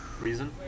reason